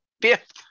fifth